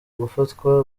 gufatwa